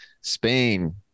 spain